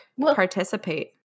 participate